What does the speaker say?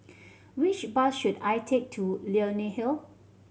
which bus should I take to Leonie Hill